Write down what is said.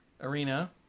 arena